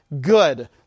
good